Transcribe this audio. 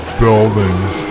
buildings